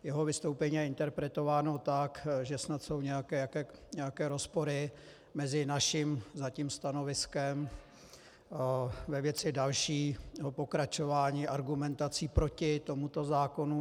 Jeho vystoupení je interpretováno tak, že snad jsou nějaké rozpory mezi naším zatím stanoviskem ve věci dalšího pokračování argumentací proti tomuto zákonu.